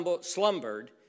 slumbered